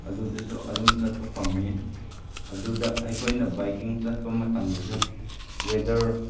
ꯑꯗꯨꯗꯁꯨ ꯑꯗꯨꯝ ꯆꯠꯄ ꯐꯪꯏ ꯑꯗꯨꯗ ꯑꯩꯈꯣꯏꯅ ꯕꯥꯏꯛꯀꯤꯡ ꯆꯠꯄ ꯃꯇꯝꯗꯁꯨ ꯋꯦꯗꯔ